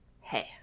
Hey